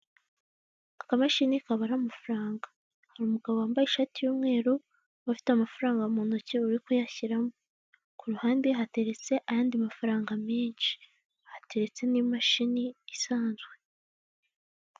Akamashini kabara amafaranga. Hari mugabo wambaye ishati y'umweru, ufite amafaranga mu ntoki uri kuyashyiramo. Kuruhande hateretse ayandi mafaranga meshi, hateretse n' imashini isanzwe.